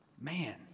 Man